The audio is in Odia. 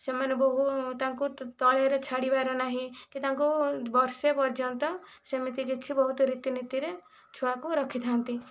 ସେମାନେ ବହୁ ତାଙ୍କୁ ତଳରେ ଛାଡ଼ିବାର ନାହିଁ କି ତାଙ୍କୁ ବର୍ଷେ ପର୍ଯ୍ୟନ୍ତ ସେମିତି କିଛି ବହୁତ ରୀତିନୀତିରେ ଛୁଆକୁ ରଖିଥାନ୍ତି